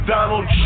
Donald